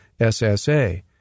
SSA